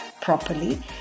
properly